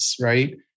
right